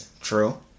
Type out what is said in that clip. True